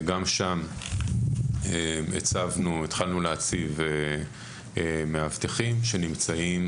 גם שם התחלנו להציב מאבטחים שנמצאים